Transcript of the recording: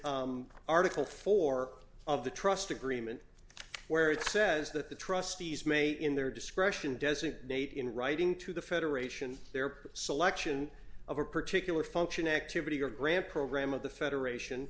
in article four of the trust agreement where it says that the trustees may in their discretion designate in writing to the federation their selection of a particular function activity or grant program of the federation